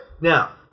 Now